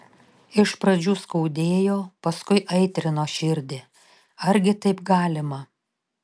iš pradžių skaudėjo paskui aitrino širdį argi taip galima